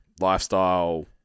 lifestyle